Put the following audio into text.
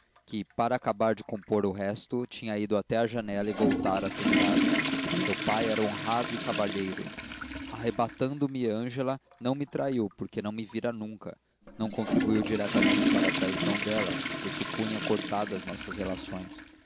que para acabar de compor o rosto tinha ido até à janela e voltara a sentar-se seu pai era honrado e cavalheiro arrebatando me ângela não me traiu porque não me vira nunca não contribuiu diretamente para a traição dela porque supunha cortadas nossas relações